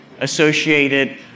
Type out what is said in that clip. associated